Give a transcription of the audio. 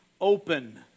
open